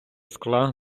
скла